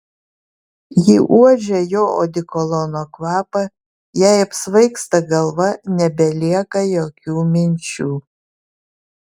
ji uodžia jo odekolono kvapą jai apsvaigsta galva nebelieka jokių minčių